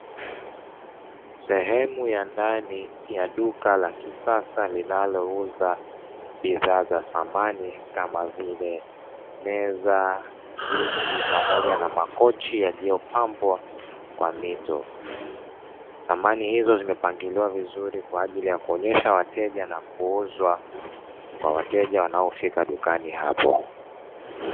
Sehemu ya ndani ya duka la kisasa linalouza bidhaa za samani kama vile meza, viti pamoja na makochi yaliyopambwa kwa mito, samani hizo zimepangiliwa vizuri kwa ajili ya kuonyesha wateja na kuuzwa kwa wateja wanaofika dukani hapo.